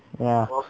ya